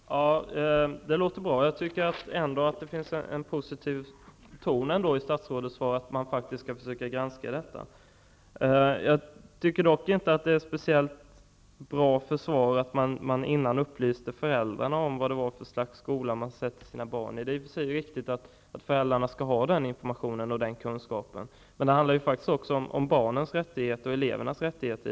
Herr talman! Det låter bra. Jag tycker ändå att det finns en positiv ton i statsrådets svar när hon säger att man faktiskt skall försöka granska detta. Jag tycker dock inte att det är något speciellt bra försvar att man upplyser föräldrarna om vad det är för slags skola de sätter sina barn i. Det är i och för sig riktigt att föräldrarna skall ha den informationen och den kunskapen, men det handlar faktiskt också om barnens och elevernas rättigheter.